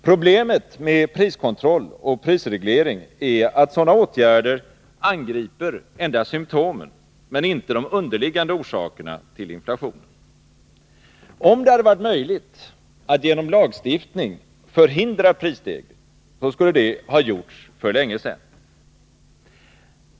Problemet med priskontroll och prisreglering är att sådana åtgärder angriper endast symptomen men inte de underliggande orsakerna till inflationen. Om det hade varit möjligt att genom lagstiftning förhindra prisstegring, skulle det ha gjorts för länge sedan.